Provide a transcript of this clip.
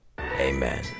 amen